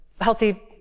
healthy